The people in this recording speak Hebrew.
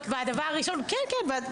והדבר הראשון, כן, כן.